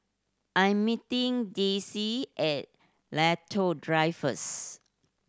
I'm meeting Dicie at Lentor Drive first